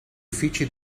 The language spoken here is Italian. uffici